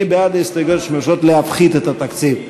מי בעד ההסתייגויות שמבקשות להפחית את התקציב?